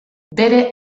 bere